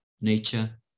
nature